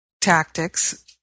tactics